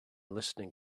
listening